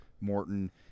Morton